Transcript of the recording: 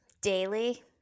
daily